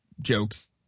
jokes